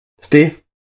Steve